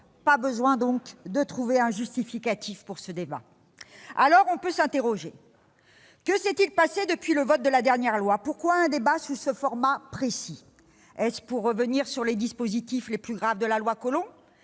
pas besoin de trouver un justificatif pour ce débat. Alors, on peut s'interroger. Que s'est-il passé depuis le vote de la dernière loi ? Pourquoi proposer un débat sous ce format précis ? Est-ce pour revenir sur les dispositifs les plus graves de la loi Collomb,